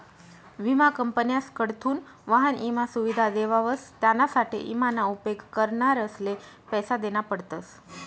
विमा कंपन्यासकडथून वाहन ईमा सुविधा देवावस त्यानासाठे ईमा ना उपेग करणारसले पैसा देना पडतस